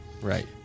Right